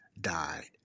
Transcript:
died